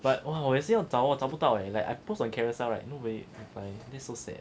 but !wah! 我也是要找我找不到 leh like I post on carousell right nobody find this is so sad